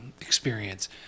experience